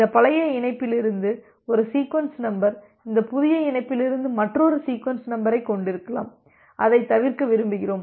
இந்த பழைய இணைப்பிலிருந்து ஒரு சீக்வென்ஸ் நம்பர் இந்த புதிய இணைப்பிலிருந்து மற்றொரு சீக்வென்ஸ் நம்பரைக் கொண்டிருக்கலாம் அதைத் தவிர்க்க விரும்புகிறோம்